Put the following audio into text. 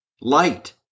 light